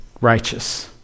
righteous